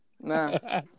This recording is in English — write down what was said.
Nah